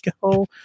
go